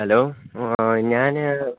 hello ഞാന്